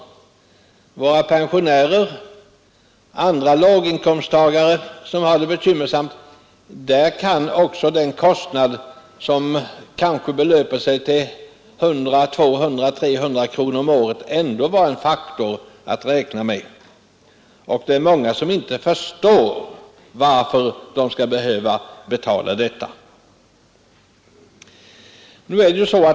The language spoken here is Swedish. För våra pensionärer och andra låginkomsttagare som har det bekymmersamt kan också en kostnad som kanske belöper sig till 100, 200 eller 300 kronor om året vara en faktor att räkna med. Och det är många som inte förstår varför de skall behöva betala.